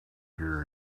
here